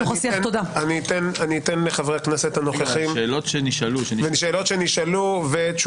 אני אתן לחברי הכנסת הנוכחים --- השאלות שנשאלו למי